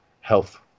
health